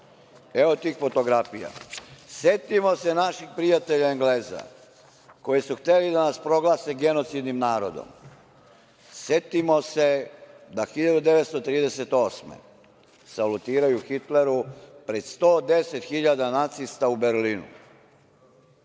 Evo tih fotografija. Setimo se naših prijatelja Engleza koji su hteli da nas proglase genocidnim narodom, setimo se da 1938. godine salutiraju Hitleru pred 110.000 nacista u Berlinu.